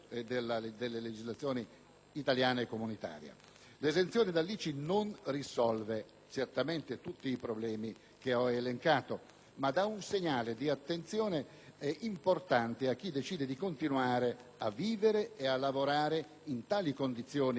L'esenzione dell'ICI non risolve certamente tutti i problemi che ho elencato, ma dà un segnale di attenzione importante a chi decide di continuare a vivere e a lavorare in tali condizioni certamente non vantaggiose.